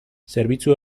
zerbitzu